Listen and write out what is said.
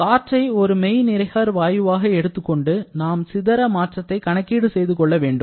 காற்றை ஒரு மெய்நிகர் வாயுவாக எடுத்துக்கொண்டு நாம் சிதற மாற்றத்தை கணக்கீடு செய்து கொள்ள வேண்டும்